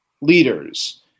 leaders